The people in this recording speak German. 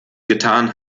getan